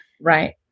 right